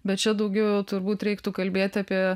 bet čia daugiau jau turbūt reiktų kalbėt apie